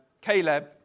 Caleb